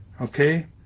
okay